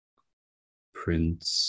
prince